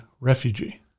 refugee